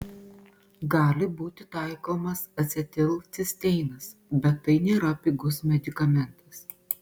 gali būti taikomas acetilcisteinas bet tai nėra pigus medikamentas